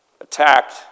attacked